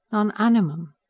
non animum?